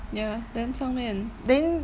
ya then 上面